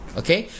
okay